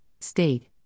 state